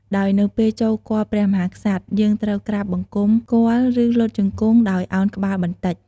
ដោយនៅពេលចូលគាល់ព្រះមហាក្សត្រ យើងត្រូវក្រាបបង្គំគាល់ ឬលុតជង្គង់ ដោយឱនក្បាលបន្តិច។